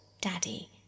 Daddy